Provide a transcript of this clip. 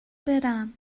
برم